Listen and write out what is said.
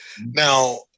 Now